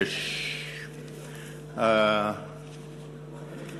6. יש פה אנשים